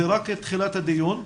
זה רק תחילת הדיון.